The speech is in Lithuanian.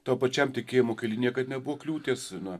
tau pačiam tikėjimo kely niekad nebuvo kliūties na